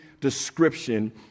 description